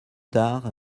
tard